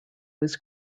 was